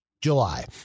July